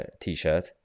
t-shirt